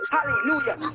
Hallelujah